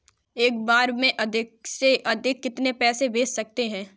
एक बार में अधिक से अधिक कितने पैसे भेज सकते हैं?